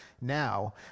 now